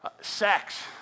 sex